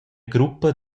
gruppa